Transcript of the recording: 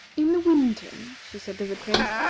in the winter, she said to the prince,